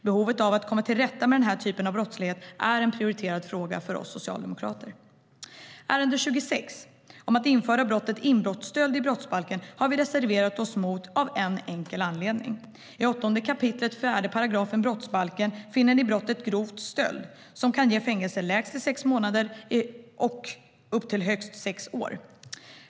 Behovet av att komma till rätta med den här typen av brottslighet är en prioriterad fråga för oss socialdemokrater. Punkt 26, om att införa brottet inbrottsstöld i brottsbalken, har vi reserverat oss mot av en enkel anledning: I 8 kap. 4 § brottsbalken finns brottet grov stöld, som kan ge fängelse i lägst sex månader och högst sex år.